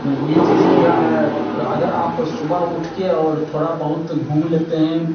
यह चीज़ किया है कि अगर आप सुबह उठकर और थोड़ा बहुत घूम लेते हैं